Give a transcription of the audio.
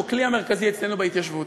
שהיא הכלי המרכזי אצלנו בהתיישבות.